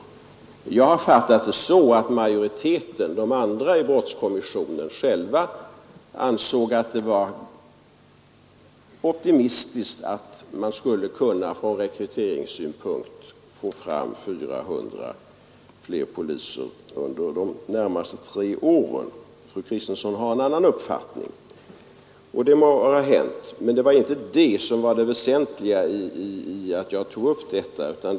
Jag har fattat det så att majoriteten — de andra i brottskommissionen — själv ansåg det vara optimistiskt att tro att man skulle kunna rekrytera 400 nya poliser om året under de närmaste tre åren. Fru Kristensson har en annan uppfattning, men det var inte anledningen till att jag tog upp den här frågan.